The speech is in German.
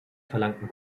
verlangten